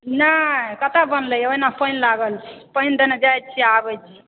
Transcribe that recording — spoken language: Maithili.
नहि कतौ बनलै हँ ओहिना पानि लागल छै पानि दने जाइ छियै आ आबै छियै